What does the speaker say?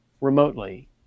remotely